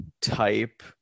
type